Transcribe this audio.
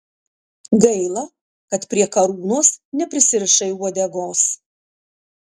gaila kad prie karūnos neprisirišai uodegos